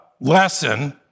lesson